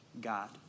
God